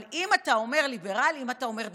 אבל אם אתה אומר ליברלית, אם אתה אומר דמוקרטית,